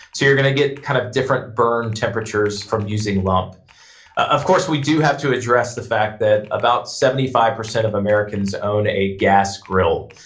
so you're gonna get kind of different burn temperatures from using lump of course, we do have to address the fact that about seventy five percent of americans own a gas grill.